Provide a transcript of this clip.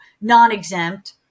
non-exempt